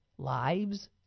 Lives